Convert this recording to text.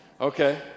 Okay